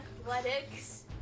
athletics